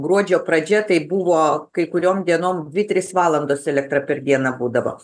gruodžio pradžia tai buvo kai kuriom dienom dvi tris valandas elektra per dieną būdavo